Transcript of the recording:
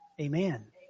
Amen